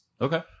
Okay